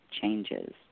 changes